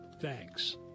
Thanks